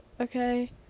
okay